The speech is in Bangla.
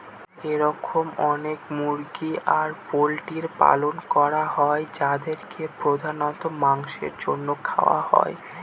এরকম অনেক মুরগি আর পোল্ট্রির পালন করা হয় যাদেরকে প্রধানত মাংসের জন্য খাওয়া হয়